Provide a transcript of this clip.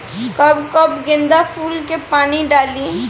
कब कब गेंदा फुल में पानी डाली?